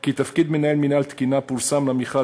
כי תפקיד מנהל מינהל תקינה פורסם למכרז,